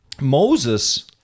Moses